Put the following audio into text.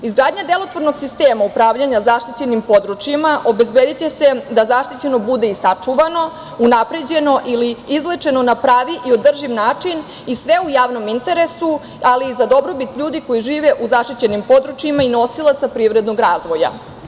Izgradnja delotvornog sistema upravljanja zaštićenim područjima obezbediće se da zaštićeno bude i sačuvano, unapređeno ili izlečeno na pravi i održiv način i sve u javnom interesu, ali i za dobrobit ljudi koji žive u zaštićenim područjima i nosilaca privrednog razvoja.